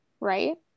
right